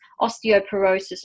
osteoporosis